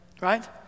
right